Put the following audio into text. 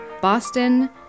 Boston